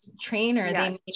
trainer